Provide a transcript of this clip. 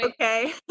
okay